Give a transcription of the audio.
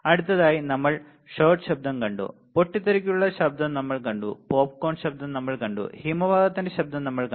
അടുത്തതായി നമ്മൾ ഷോട്ട് ശബ്ദം കണ്ടു പൊട്ടിത്തെറിക്കുന്ന ശബ്ദം നമ്മൾ കണ്ടു പോപ്കോൺ ശബ്ദം നമ്മൾ കണ്ടു ഹിമപാതത്തിന്റെ ശബ്ദം നമ്മൾ കണ്ടു